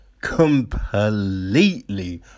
Completely